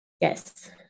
Yes